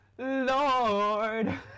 Lord